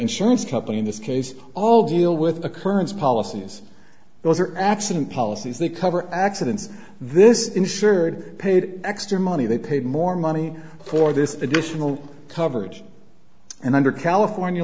insurance company in this case all deal with occurrence policies those are accident policies they cover accidents this insured paid extra money they paid more money for this additional coverage and under california